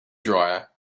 dryer